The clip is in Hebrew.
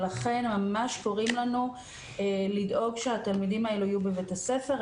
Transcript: ולכן הם ממש קוראים לנו לדאוג שהתלמידים האלו יהיו בבית הספר.